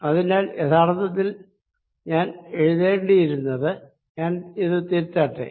അതിനാൽ ഞാൻ യഥാർത്ഥത്തിൽ എഴുതേണ്ടിയിരുന്നത് ഞാൻ ഇത് തിരുത്തട്ടെ